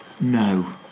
No